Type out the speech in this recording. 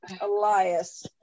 Elias